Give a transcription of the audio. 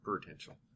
Potential